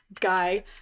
guy